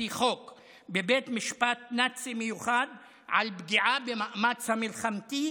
בבית משפט נאצי מיוחד על פגיעה במאמץ המלחמתי,